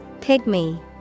Pygmy